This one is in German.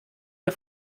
der